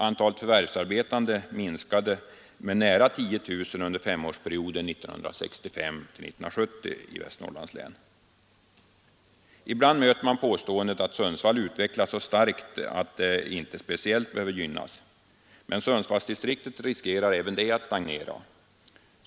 Antalet förvärvsarbetande i Västernorrlands län minskade med nära 10 000 under femårsperioden 1965-1970. Ibland möter man påståendet att Sundsvall utvecklas så starkt att kommunen inte behöver gynnas speciellt. Men Sundsvallsdistriktet riskerar även det att stagnera.